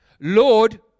Lord